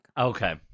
Okay